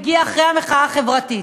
הגיעה אחרי המחאה החברתית.